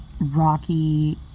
rocky